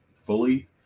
fully